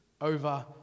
over